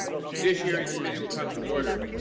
the judiciary committee will come to order.